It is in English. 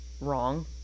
wrong